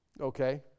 okay